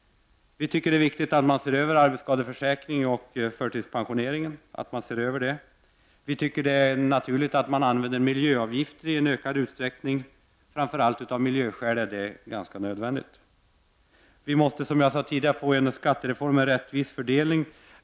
Vi tycker att det är bra att man ser över arbetsskadeförsäkringen och förtidspensioneringar. Vi tycker att det är naturligt att man använder miljöavgifter i ökad utsträckning. Framför allt av miljöskäl är det nödvändigt. Vi måste, som jag har sagt tidigare, genom skattereformen få en rättvis fördelning.